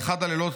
באחד הלילות,